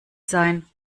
sein